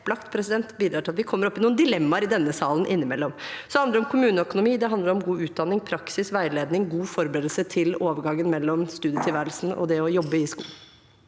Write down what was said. det bidrar til at vi kommer opp i noen dilemmaer i denne salen innimellom. Så handler det om kommuneøkonomi, og det handler om god utdanning, praksis, veiledning og gode forberedelser til overgangen mellom studietilværelsen og det å jobbe i skolen.